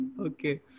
okay